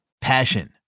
Passion